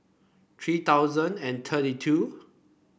three thousand and thirty two